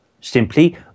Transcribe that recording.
Simply